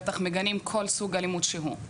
מגנים כל סוג אלימות שהוא.